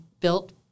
built